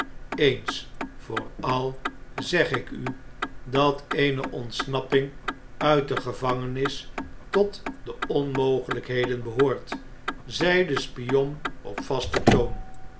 eens voor al zeg ik u dat eene ontsnapping uit de gevangenis tot de onmogelykheden behoort zei de spion op vasten toon